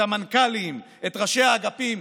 את המנכ"לים, את ראשי האגפים.